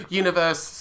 universe